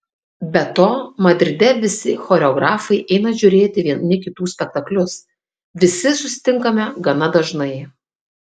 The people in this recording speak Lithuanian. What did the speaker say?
be to madride visi choreografai eina žiūrėti vieni kitų spektaklius visi susitinkame gana dažnai